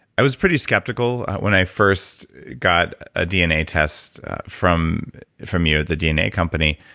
i was pretty skeptical when i first got a dna test from from you at the dna company,